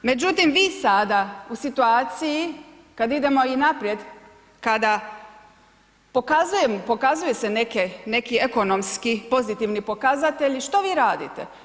Međutim vi sada u situaciji kad idemo i naprijed, kada pokazujem, pokazuju se neki ekonomski pozitivni pokazatelji, što vi radite?